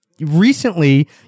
Recently